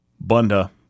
Bunda